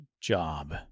job